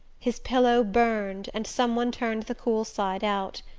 his pillow burned, and some one turned the cool side out.